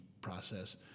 process